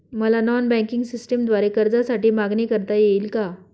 मला non banking सिस्टमद्वारे कर्जासाठी मागणी करता येईल का?